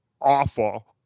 awful